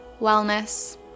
wellness